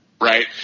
right